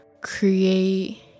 create